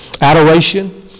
Adoration